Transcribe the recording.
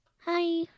Hi